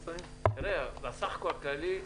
בסך הכול הכללי,